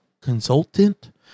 consultant